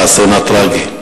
האסון הטרגי: